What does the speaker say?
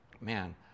man